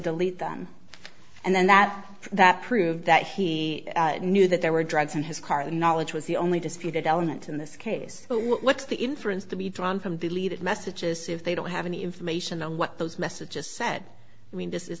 delete them and then that that prove that he knew that there were drugs in his car the knowledge was the only disputed element in this case what's the inference to be drawn from deleted messages if they don't have any information on what those messages said i mean this is